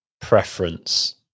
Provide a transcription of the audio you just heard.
preference